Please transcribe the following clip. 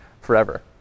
forever